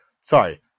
sorry